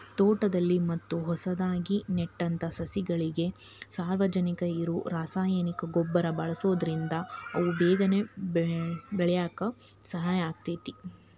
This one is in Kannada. ತೋಟದಲ್ಲಿ ಮತ್ತ ಹೊಸದಾಗಿ ನೆಟ್ಟಂತ ಸಸಿಗಳಿಗೆ ಸಾರಜನಕ ಇರೋ ರಾಸಾಯನಿಕ ಗೊಬ್ಬರ ಬಳ್ಸೋದ್ರಿಂದ ಅವು ಬೇಗನೆ ಬೆಳ್ಯಾಕ ಸಹಾಯ ಆಗ್ತೇತಿ